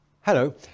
Hello